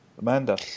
Amanda